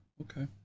okay